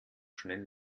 schnell